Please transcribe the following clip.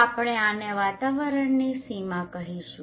તો આપણે આને વાતાવરણની સીમા કહીશું